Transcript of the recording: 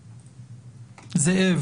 היום.